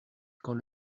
quand